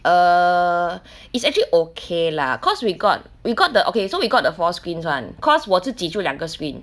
err it's actually okay lah because we got we got the okay so we got the four screens one because 我自己就两个 screen